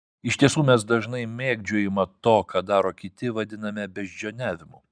iš tiesų mes dažnai mėgdžiojimą to ką daro kiti vadiname beždžioniavimu